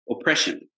oppression